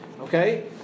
Okay